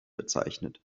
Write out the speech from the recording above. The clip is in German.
bezeichnet